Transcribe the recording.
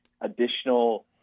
additional